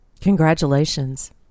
Congratulations